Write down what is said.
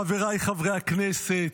חבריי חברי הכנסת,